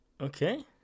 Okay